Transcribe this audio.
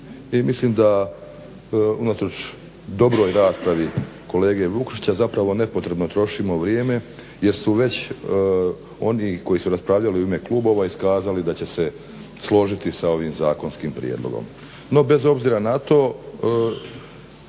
mislim da unatoč dobroj raspravi kolege Vukšića zapravo nepotrebno trošimo vrijeme, jer su već oni koji su raspravljali u ime klubova iskazali da će složiti sa ovim zakonskim prijedlogom.